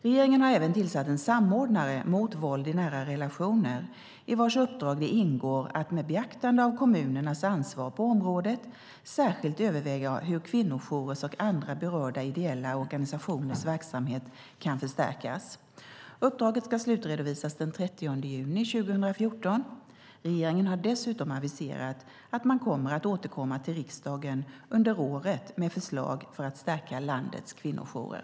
Regeringen har även tillsatt en samordnare mot våld i nära relationer i vars uppdrag det ingår att, med beaktande av kommunernas ansvar på området, särskilt överväga hur kvinnojourers och andra berörda ideella organisationers verksamhet kan förstärkas. Uppdraget ska slutredovisas den 30 juni 2014. Regeringen har dessutom aviserat att man kommer att återkomma till riksdagen under året med förslag för att stärka landets kvinnojourer.